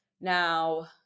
Now